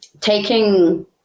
taking